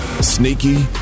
Sneaky